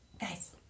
guys